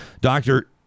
doctor